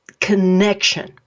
connection